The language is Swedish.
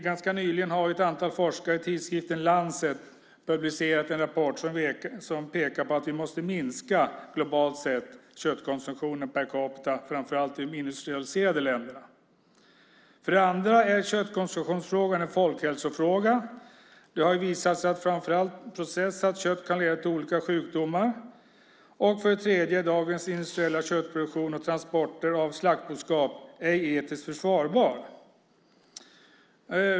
Ganska nyligen publicerade ett antal forskare en rapport i tidskriften The Lancet som pekar på att vi globalt sett måste minska köttkonsumtionen per capita framför allt i de industrialiserade länderna. För det andra är köttkonsumtionen en folkhälsofråga. Det har visat sig att framför allt processat kött kan leda till olika sjukdomar. För det tredje är dagens industriella köttproduktion och transporter av slaktboskap ej etiskt försvarbar.